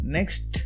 Next